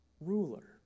ruler